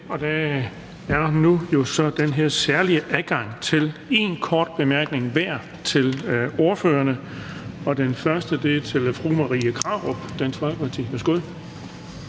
Der er jo så nu den her særlige adgang til én kort bemærkning for hver af ordførerne, og den første er til fru Marie Krarup,